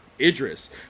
Idris